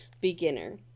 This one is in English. beginner